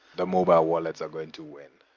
the mobile wallets are going to win